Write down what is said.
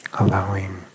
allowing